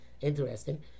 Interesting